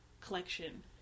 collection